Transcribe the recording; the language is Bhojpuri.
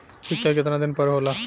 सिंचाई केतना दिन पर होला?